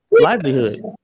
livelihood